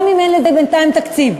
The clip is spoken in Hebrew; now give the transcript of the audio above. גם אם אין לזה בינתיים תקציב.